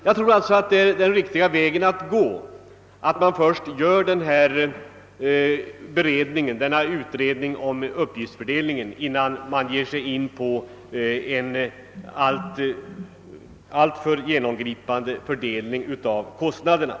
Jag tror alltså att den riktiga vägen är att man först gör denna utredning om uppgiftsfördelningen innan man ger sig in på en alltför genomgripande omfördelning av kostnaderna.